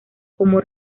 como